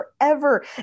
forever